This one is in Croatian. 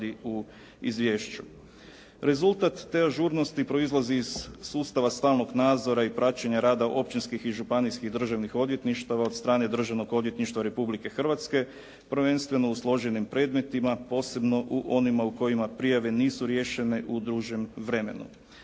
Rezultat te ažurnosti proizlazi iz sustava stalnog nadzora i praćenja rada općinskih, županijskih državnih odvjetništava od strane Državnog odvjetništva Republike Hrvatske, prvenstveno u složenim predmetima posebno u onima u kojima prijave nisu riješene u dužem vremenu.